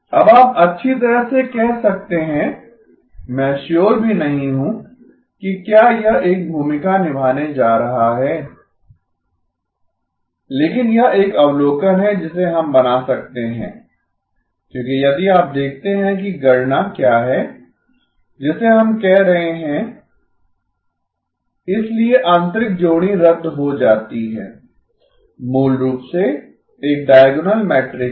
अब आप अच्छी तरह से कह सकते हैं मैं श्योर भी नहीं हूँ कि क्या यह एक भूमिका निभाने जा रहा है लेकिन यह एक अवलोकन है जिसे हम बना सकते हैं क्योंकि यदि आप देखते हैं कि गणना क्या हैं जिसे हम कर रहें हैं W W♱MI इसलिए आंतरिक जोड़ी रद्द हो जाती है मूल रूप से एक डाइगोनल मैट्रिक्स है